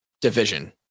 division